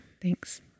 Thanks